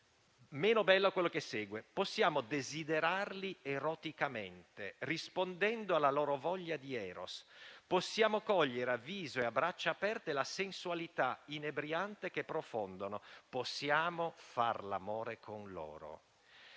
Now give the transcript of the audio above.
meno bello è quanto segue: «Possiamo desiderarli eroticamente rispondendo alla loro voglia di Eros, possiamo cogliere a viso e a braccia aperte la sensualità inebriante che profondono, possiamo fare l'amore con loro.